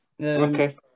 okay